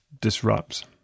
disrupt